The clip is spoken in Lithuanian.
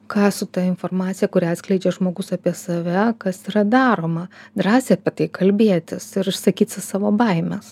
ką su ta informacija kurią atskleidžia žmogus apie save kas yra daroma drąsiai apie tai kalbėtis ir išsakyti savo baimes